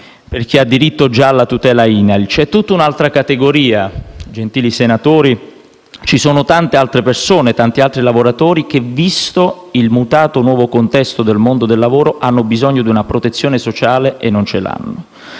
per chi ha già diritto alla tutela INAIL. Gentili sentori, c'è tutta un'altra categoria, ci sono tante altre persone, tanti altri lavoratori che, visto il mutato nuovo contesto del mondo del lavoro, hanno bisogno di una protezione sociale e non ce l'hanno.